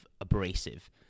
abrasive